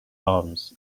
arms